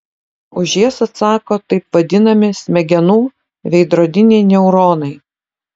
už jas atsako taip vadinami smegenų veidrodiniai neuronai